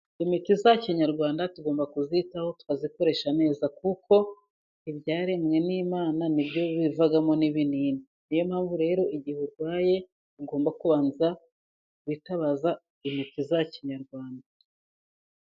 Imiti ya kinyarwanda tugomba kuyitaho tukazikoresha neza, kuko ibyaremwe n'imana ni byo bivamo n'ibinini, ni yo mpamvu rero igihe urwaye ugomba kubanza witabaza imiti ya kinyarwanda.